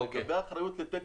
אבל לגבי אחריות לתקן,